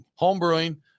Homebrewing